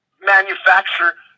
manufacture